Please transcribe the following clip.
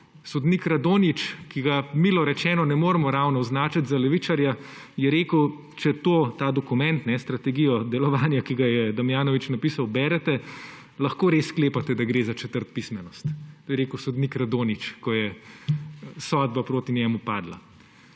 Sodnik Radonjić, ki ga, milo rečeno, ne moremo ravno označiti za levičarja, je rekel, da če ta da dokument, strategijo delovanja, ki jo je Damjanovič napisal, berete, lahko res sklepate, da gre za četrtpismenost. To je rekel sodnik Radonjić, ko je sodba proti njemu padla.